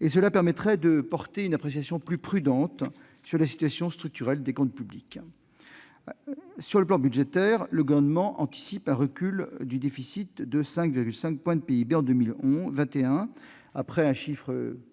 Cela permettrait, notamment, de porter une appréciation plus prudente sur la situation structurelle des comptes publics. Sur le plan budgétaire, le Gouvernement anticipe un recul du déficit public à 5,5 % du PIB en 2021, après le chiffre